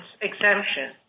exemption